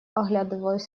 оглядываясь